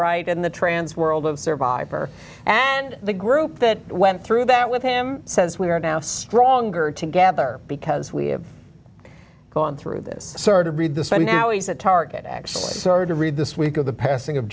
in the trans world of survivor and the group that went through that with him says we are now stronger together because we have gone through this sort of read this i mean now he's a target actually started to read this week of the passing of